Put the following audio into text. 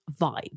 vibe